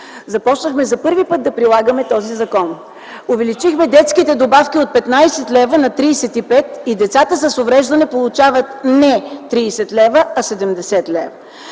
Започнахме за първи път да прилагаме този закон. Увеличихме детските добавки от 15 лв. на 35 лв. и децата с увреждания получават не 30 лв., а 70 лв.